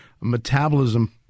Metabolism